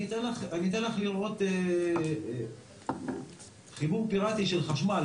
אני אתן לך לראות חיבור פיראטי של חשמל